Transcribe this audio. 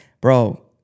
bro